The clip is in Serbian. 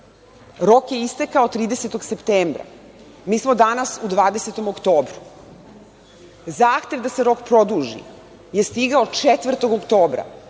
rok je istekao 30. septembra, a mi smo danas u 20. oktobru. Zahtev da se rok produži je stigao 4. oktobra.